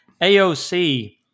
AOC